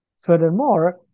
Furthermore